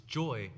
joy